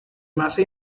masa